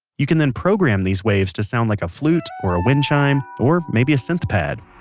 you can then program these waves to sound like a flute or ah wind chimes, or maybe a synth pad